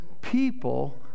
people